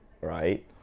right